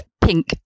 pink